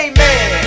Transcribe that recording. Amen